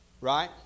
right